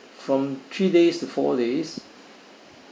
from three days to four days